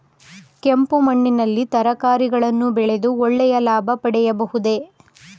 ಕೆಂಪು ಮಣ್ಣಿನಲ್ಲಿ ತರಕಾರಿಗಳನ್ನು ಬೆಳೆದು ಒಳ್ಳೆಯ ಲಾಭ ಪಡೆಯಬಹುದೇ?